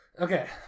Okay